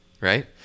right